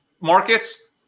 markets